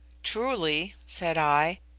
truly, said i,